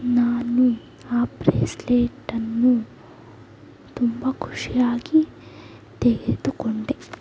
ನಾನು ಆ ಬ್ರೇಸ್ಲೇಟ್ ಅನ್ನು ತುಂಬ ಖುಷಿಯಾಗಿ ತೆಗೆದುಕೊಂಡೆ